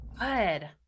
Good